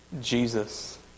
Jesus